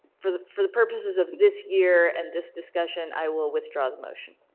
for the for the purposes of this year and this discussion i will withdraw the motion.